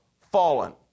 fallen